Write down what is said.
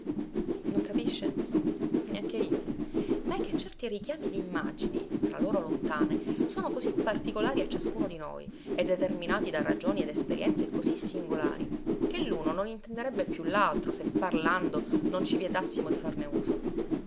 non capisce neanche io ma è che certi richiami di immagini tra loro lontane sono così particolari a ciascuno di noi e determinati da ragioni ed esperienze così singolari che luno non intenderebbe più laltro se parlando non ci vietassimo di farne uso